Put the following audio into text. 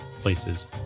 places